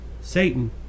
Satan